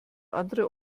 andere